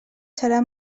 serà